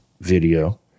video